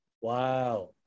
Wow